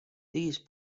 these